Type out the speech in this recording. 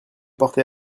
porté